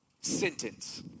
sentence